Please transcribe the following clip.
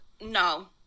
No